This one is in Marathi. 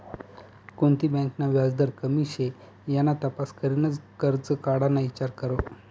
कोणती बँक ना व्याजदर कमी शे याना तपास करीनच करजं काढाना ईचार करो